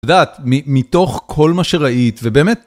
את יודעת, מתוך כל מה שראית, ובאמת...